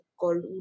called